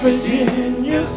Virginia